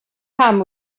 pam